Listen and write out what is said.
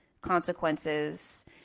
consequences